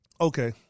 Okay